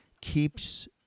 keeps